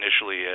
initially